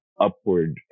upward